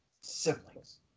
Siblings